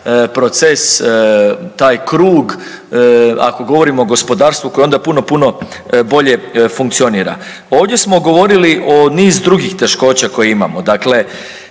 proces, taj krug, ako govorimo o gospodarstvu koje onda puno, puno bolje funkcionira. Ovdje smo govorili o niz drugih teškoća koje imamo,